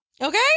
Okay